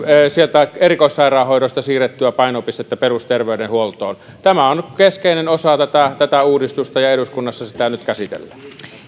sieltä erikoissairaanhoidosta siirrettyä painopistettä perusterveydenhuoltoon tämä on keskeinen osa tätä uudistusta ja eduskunnassa sitä nyt käsitellään